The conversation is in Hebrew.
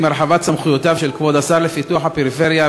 עם הרחבת סמכויותיו של כבוד השר לפיתוח הפריפריה,